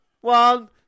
One